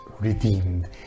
redeemed